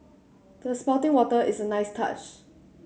the spouting water is a nice touch